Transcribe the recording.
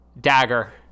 Dagger